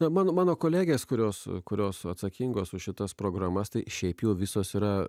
na mano mano kolegės kurios kurios atsakingos už šitas programas tai šiaip jau visos yra